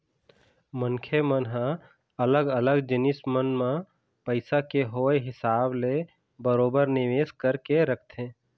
मनखे मन ह अलग अलग जिनिस मन म पइसा के होय हिसाब ले बरोबर निवेश करके रखथे